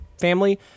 family